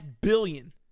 billion